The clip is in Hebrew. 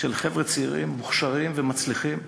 של חבר'ה צעירים, מוכשרים ומצליחים,